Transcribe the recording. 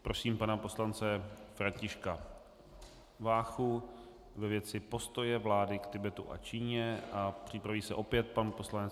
Prosím pana poslance Františka Váchu ve věci postoje vlády k Tibetu a Číně a připraví se opět pan poslanec Polčák.